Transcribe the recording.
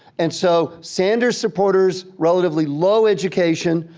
and so sanders supporters, relatively low education,